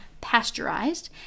pasteurized